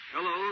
Hello